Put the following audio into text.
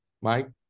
Mike